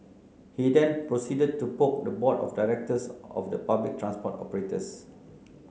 he then proceeded to poke the board of directors of the public transport operators